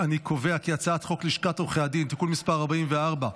להעביר את הצעת חוק לשכת עורכי הדין (תיקון מס' 44)